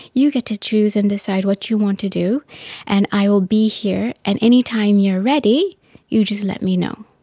you get to choose and decide what you want to do and i will be here, and any time you're ready you just let me know.